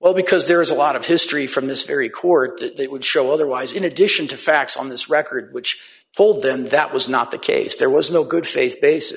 well because there is a lot of history from this very court that they would show otherwise in addition to facts on this record which told them that was not the case there was no good faith basis